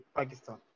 Pakistan